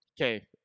okay